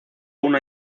una